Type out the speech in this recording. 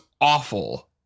awful